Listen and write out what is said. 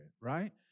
right